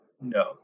No